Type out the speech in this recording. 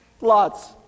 Lots